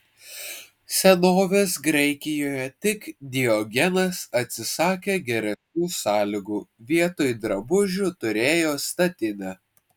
senovės graikijoje tik diogenas atsisakė geresnių sąlygų vietoj drabužių turėjo statinę